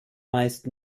meist